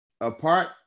Apart